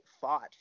fought